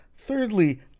thirdly